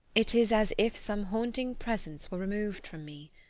it is as if some haunting presence were removed from me.